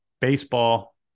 baseball